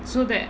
so that